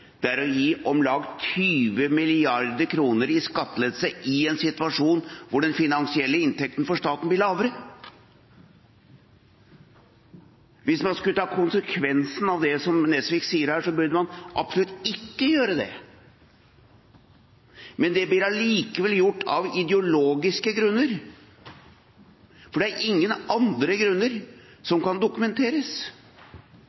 man gjør, å gi om lag 20 mrd. kr i skattelettelse, i en situasjon hvor den finansielle inntekten for staten blir lavere. Hvis man skulle ta konsekvensen av det som representanten Nesvik sier her, burde man absolutt ikke gjøre det. Det blir allikevel gjort av ideologiske grunner, for det er ingen andre grunner